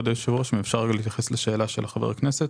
כבוד היושב ראש, אפשר להתייחס לשאלת חבר הכנסת?